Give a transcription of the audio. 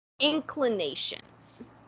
inclinations